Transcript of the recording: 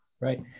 Right